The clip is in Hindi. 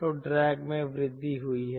तो ड्रैग में वृद्धि हुई है